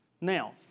Now